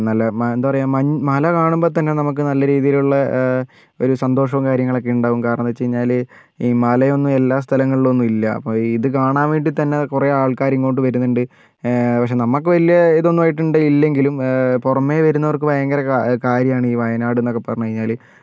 നല്ല എന്താ പറയുക മല കാണുമ്പോൾ തന്നെ നമുക്ക് നല്ല രീതിയിലുള്ള ഒരു സന്തോഷോം കാര്യങ്ങളൊക്കെ ഉണ്ടാവും കാരണമെന്ന് വെച്ചുകഴിഞ്ഞാൽ ഈ മല ഒന്നും എല്ലാ സ്ഥലങ്ങളിലും ഒന്നും ഇല്ലാ ഇത് കാണാൻ വേണ്ടി തന്നെ കുറെ ആൾക്കാർ ഇങ്ങോട്ട് വരുന്നുണ്ട് പക്ഷേ നമുക്ക് ഇതൊന്നും വലിയ ഇതൊന്നും ആയിട്ടില്ലെങ്കിലും പുറമേ വരുന്നവർക്ക് ഭയങ്കര കാര്യമാണ് ഈ വയനാട് എന്നൊക്കെ പറഞ്ഞു കഴിഞ്ഞാൽ